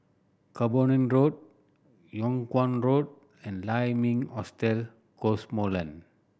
Camborne Road Yung Kuang Road and Lai Ming Hotel Cosmoland